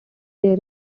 there